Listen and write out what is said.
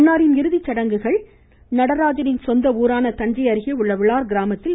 அன்னாரின் இறுதிச்சடங்குகள் நடராஜனின் சொந்த ஊரான தஞ்சை அருகே உள்ள விளார் கிராமத்தில் நடைபெறும்